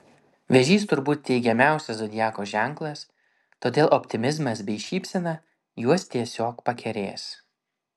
vėžys turbūt teigiamiausias zodiako ženklas todėl optimizmas bei šypsena juos tiesiog pakerės